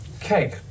Cake